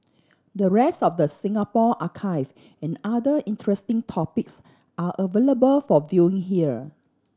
the rest of the Singapore archive and other interesting topics are available for viewing here